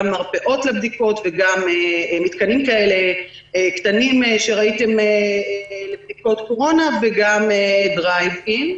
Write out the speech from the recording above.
מרפאות לבדיקות וגם מתקנים קטנים לבדיקות קורונה וגם דרייב-אין.